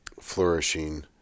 flourishing